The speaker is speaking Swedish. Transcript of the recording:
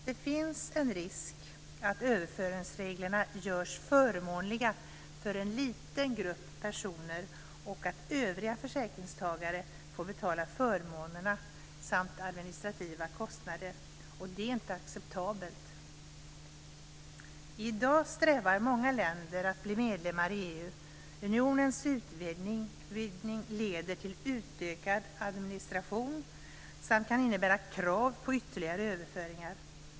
Det finns en risk att överföringsreglerna görs förmånliga för en liten grupp personer och att övriga försäkringstagare får betala förmånerna samt administrativa kostnader. Det är inte acceptabelt. I dag strävar många länder efter att bli medlemmar i EU. Unionens utvidgning leder till utökad administration samt kan innebära krav på ytterligare överföringar.